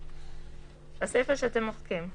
הסיפה שאתם מוחקים.